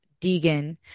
Deegan